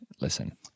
listen